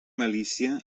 malícia